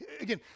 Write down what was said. Again